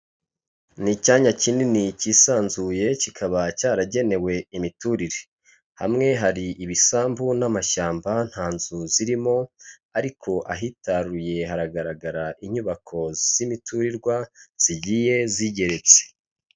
Ni icyanya kinini kisanzuye kikaba cyaragenewe imiturire, hamwe hari ibisambu n'amashyamba nta nzu zirimo, ariko ahitaruye haragaragara inyubako z'imiturirwa zigiye zigeretse.